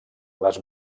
les